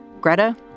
Greta